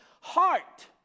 Heart